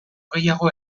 gehiago